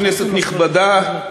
כנסת נכבדה,